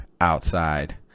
outside